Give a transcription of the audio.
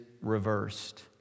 reversed